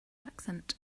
accent